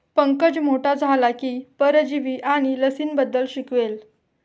पंकज मोठा झाला की परजीवी आणि लसींबद्दल शिकेल